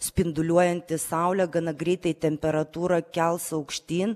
spinduliuojanti saulė gana greitai temperatūrą kels aukštyn